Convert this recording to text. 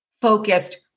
Focused